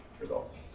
results